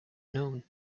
known